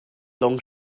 long